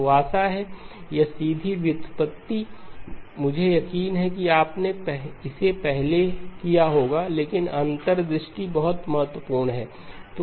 तो आशा है कि यह सीधी व्युत्पत्ति मुझे यकीन है कि आपने इसे पहले किया होगा लेकिन अंतर्दृष्टि बहुत महत्वपूर्ण है